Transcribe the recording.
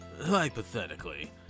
hypothetically